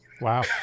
Wow